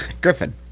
Griffin